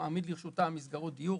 מעמידים לרשותם מסגרות דיור,